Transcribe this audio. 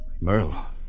Merle